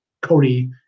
Cody